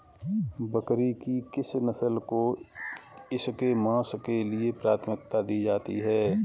बकरी की किस नस्ल को इसके मांस के लिए प्राथमिकता दी जाती है?